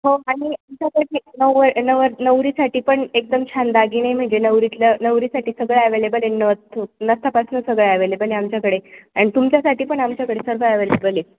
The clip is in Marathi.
हो आणि आमच्या पाशी नवर नवर नवरीसाठी पण एकदम छानदागीने म्हणजे नवरीतल्या नवरीसाठी सगळं ॲवेलेबल आहे नथ नथीपासुनं सगळं ॲवेलेबल आहे आमच्याकडे अन तुमच्यासाठी पण आमच्याकडे सर्व ॲवेलेबल आहे